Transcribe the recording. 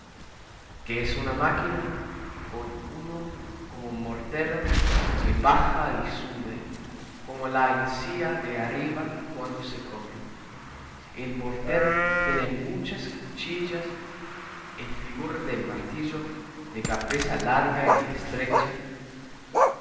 que es una máquina con uno como mortero que baja y sube como la encía de arriba cuando se come y el mortero tiene muchas cuchillas en figura de martillo de cabeza larga y estrecha